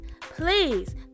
please